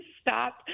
stop